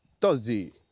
Thursday